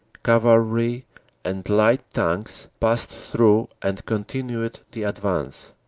cavalry and light tanks passed through and continued the advance,